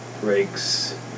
breaks